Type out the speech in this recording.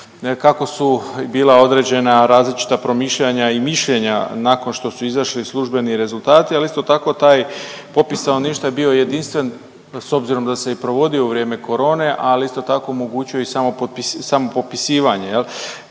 kako su bila određena različita promišljanja i mišljenja nakon što su izašli službeni rezultati, ali isto tako taj popis stanovništva je bio jedinstven s obzirom da se i provodio u vrijeme korone, ali isto tako omogućio i samopopisivanje,